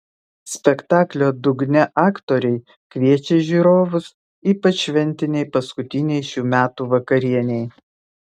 spektaklio dugne aktoriai kviečia žiūrovus ypač šventinei paskutinei šių metų vakarienei